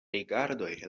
rigardoj